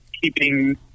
Keeping